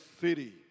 city